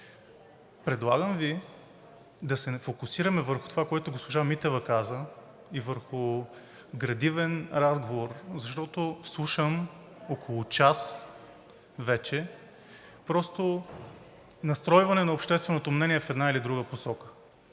Предлагам Ви да се фокусираме върху това, което госпожа Митева каза, и върху градивен разговор, защото слушам около час вече просто настройване на общественото мнение в една или друга посока.